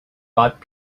bought